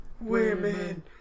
Women